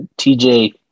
TJ